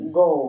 go